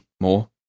more